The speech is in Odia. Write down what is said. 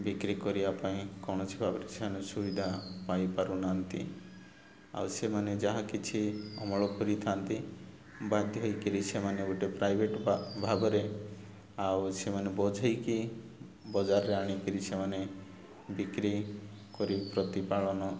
ବିକ୍ରି କରିବା ପାଇଁ କୌଣସି ଭାବରେ ସେମାନେ ସୁବିଧା ପାଇ ପାରୁନାହାନ୍ତି ଆଉ ସେମାନେ ଯାହା କିଛି ଅମଳ କରିଥାନ୍ତି ବାଧ୍ୟ ହେଇକିରି ସେମାନେ ଗୋଟେ ପ୍ରାଇଭେଟ୍ ବା ଭାବରେ ଆଉ ସେମାନେ ବୋଝେଇକି ବଜାରରେ ଆଣିକରି ସେମାନେ ବିକ୍ରି କରି ପ୍ରତିପାଳନ